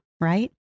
right